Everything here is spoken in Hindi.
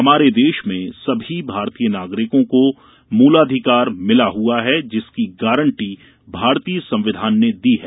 हमारे देश में सभी भारतीय नागरिकों को मूलाधिकार मिला हुआ है जिसकी गारंटी भारतीय संविधान ने दी है